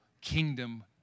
kingdom